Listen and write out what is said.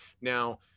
now